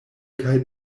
kaj